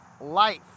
life